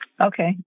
Okay